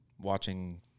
watching